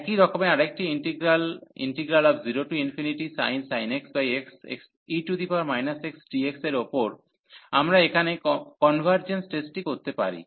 একইরকমের আরেকটি integral 0sin x xe xdx এর উপর আমরা এখানে কনভারর্জেন্স টেস্টটি করতে পারি